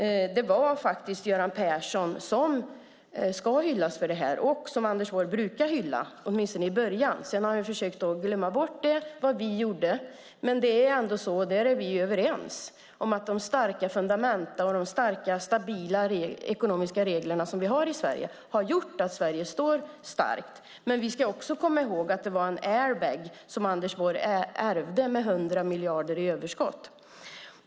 Det är Göran Persson som ska hyllas för det här och som Anders Borg brukade hylla, åtminstone i början. Sedan har han försökt att glömma bort vad vi gjorde. Det är ändå så, och där är vi överens, att de starka fundamenten och de starka stabila ekonomiska regler som vi har i Sverige har gjort att Sverige står starkt. Men vi ska också komma ihåg att det var en airbag som Anders Borg ärvde med 100 miljarder i överskott.